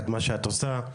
את מה שאת עושה.